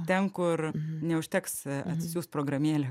ten kur neužteks atsisiųst programėlę